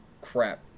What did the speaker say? crap